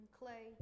clay